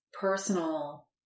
personal